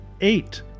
eight